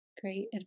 great